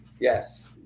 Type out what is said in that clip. Yes